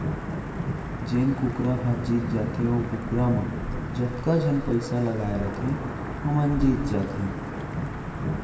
जेन कुकरा ह जीत जाथे ओ कुकरा म जतका झन पइसा लगाए रथें वो मन जीत जाथें